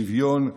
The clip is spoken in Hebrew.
שוויון,